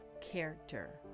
character